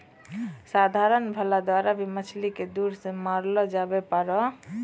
साधारण भाला द्वारा भी मछली के दूर से मारलो जावै पारै